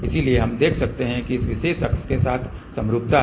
इसलिए हम देख सकते हैं कि इस विशेष अक्ष के साथ समरूपता है